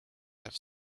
have